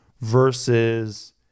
versus